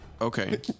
okay